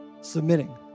submitting